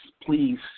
Please